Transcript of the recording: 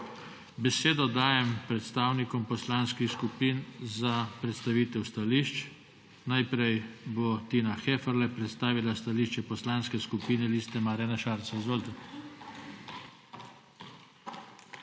Besedo dajem predstavnikom poslanskih skupin za predstavitev stališč. Najprej bo Tina Heferle predstavila stališče Poslanske skupine Liste Marjana Šarca. TINA